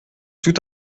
tout